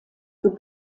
geb